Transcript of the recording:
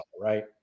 right